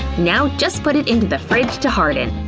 now just put it into the fridge to harden!